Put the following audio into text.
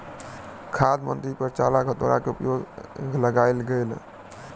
खाद्य मंत्री पर चारा घोटाला के आरोप लगायल गेल